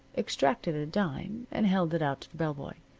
extracted a dime, and held it out to the bell-boy.